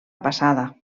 passada